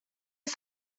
are